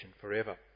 forever